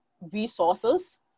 resources